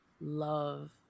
love